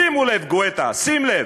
שימו לב, גואטה, שים לב: